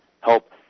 help